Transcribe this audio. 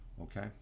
okay